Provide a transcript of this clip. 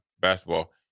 basketball